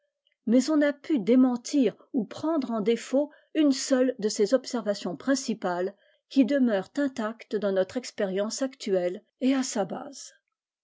mais on n'a pu démentir ou prendre en défaut une seule de ses observations principales qui demeurent intactes dans notre expérience actuelle et à sa base